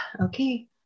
okay